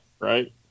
Right